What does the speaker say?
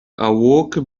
awoke